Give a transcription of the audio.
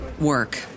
work